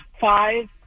five